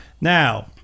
Now